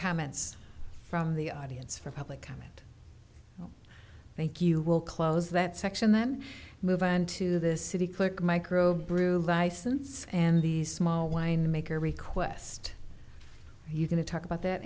comments from the audience for public comment thank you will close that section then move on to this city clerk microbrew license and these small winemaker request you going to talk about that